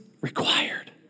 required